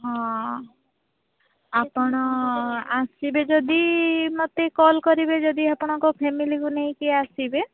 ହଁ ଆପଣ ଆସିବେ ଯଦି ମତେ କଲ୍ କରିବେ ଯଦି ଆପଣଙ୍କ ଫାମିଲିକୁ ନେଇକି ଆସିବେ